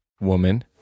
woman